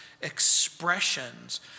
expressions